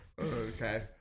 Okay